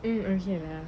mm mm